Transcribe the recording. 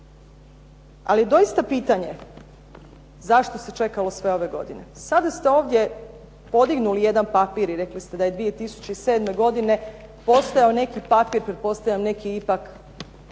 Ali dosta pitanje, zašto se čekalo sve ove godine? Sada ste ovdje podignuli jedan papir i rekli ste da je 2007. godine postojao neki papir, pretpostavljam ipak